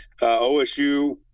OSU